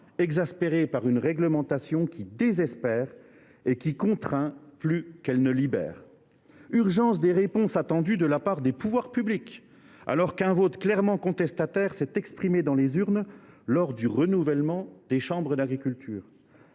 exaspérés par une réglementation qui désespère et qui contraint plus qu’elle ne libère ; urgence des réponses attendues de la part des pouvoirs publics, alors qu’un vote clairement contestataire s’est exprimé dans les urnes lors du renouvellement des chambres d’agriculture